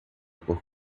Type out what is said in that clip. por